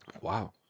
wow